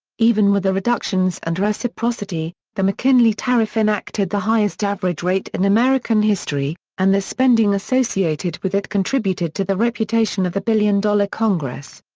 even with the reductions and reciprocity, the mckinley tariff enacted the highest average rate in american history, and the spending associated with it contributed to the reputation of the billion-dollar congress.